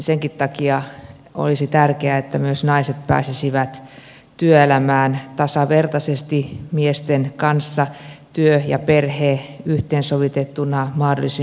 senkin takia olisi tärkeää että myös naiset pääsisivät työelämään tasavertaisesti miesten kanssa työ ja perhe yhteensovitettuna mahdollisimman hyvin